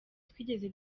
twigeze